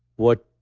what,